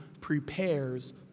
prepares